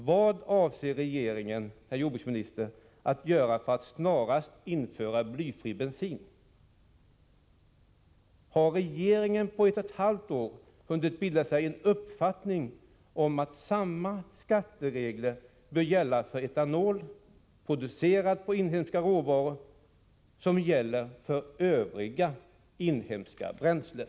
Vad avser regeringen, herr jordbruksminister, att göra för att snarast införa blyfri bensin? Har regeringen på ett och ett halvt år hunnit bilda sig en uppfattning om att samma skatteregler bör gälla för etanol, producerad på inhemska råvaror, som för övriga inhemska bränslen?